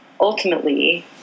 ultimately